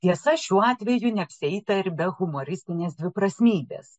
tiesa šiuo atveju neapsieita ir be humoristinės dviprasmybės